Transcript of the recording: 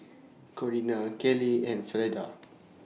Corina Kayleigh and Fleda